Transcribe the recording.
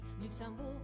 Luxembourg